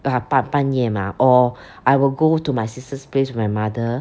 他半半夜 mah or I will go to my sister's place with my mother